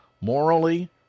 morally